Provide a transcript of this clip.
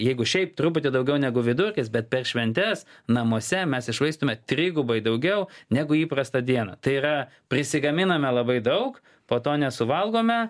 jeigu šiaip truputį daugiau negu vidurkis bet per šventes namuose mes iššvaistome trigubai daugiau negu įprastą dieną tai yra prisigaminame labai daug po to nesuvalgome